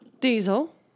Diesel